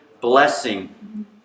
blessing